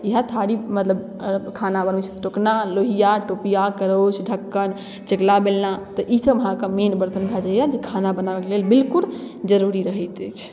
इएह थारी मतलब खाना बनबै छै टोकना लोहिआ टोपिआ करछु ढक्कन चकला बेलना तऽ ईसभ अहाँकेँ मेन बर्तन भऽ जाइए जे खाना बनाबैके लेल बिल्कुल जरूरी रहैत अछि